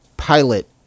pilot